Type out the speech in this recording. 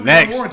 Next